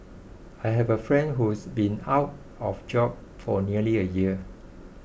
I have a friend who's been out of job for nearly a year